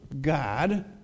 God